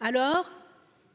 Alors,